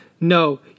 No